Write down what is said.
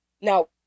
Now